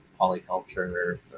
polyculture